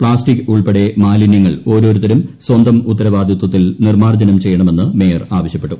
plastic ഉൾപ്പെടെ മാലിന്യങ്ങൾ ഓരോരുത്തരും സ്വന്തം ഉത്തരവാദിത്വത്തിൽ നിർമ്മാർജ്ജനം ചെയ്യണമെന്ന് മേയർ ആവശ്യപ്പെട്ടു